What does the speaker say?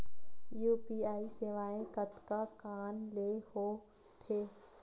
UPI सेवाएं कतका कान ले हो थे?